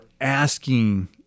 asking